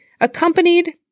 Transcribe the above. accompanied